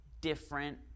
different